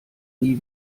nie